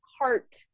heart